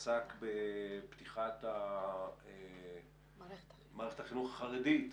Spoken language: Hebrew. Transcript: שעסק בפתיחת מערכת החינוך החרדית.